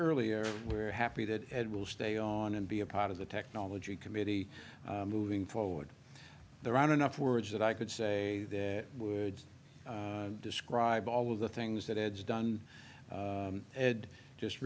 earlier we're happy that ed will stay on and be a part of the technology committee moving forward there aren't enough words that i could say that would describe all of the things that ed's done ed just